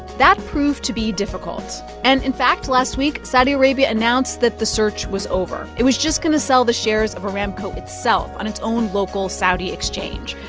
that proved to be difficult. and, in fact, last week, saudi arabia announced that the search was over. it was just going to sell the shares of aramco itself on its own local saudi exchange,